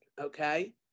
Okay